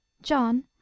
John